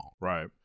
Right